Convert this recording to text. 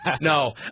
No